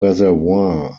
reservoirs